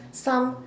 some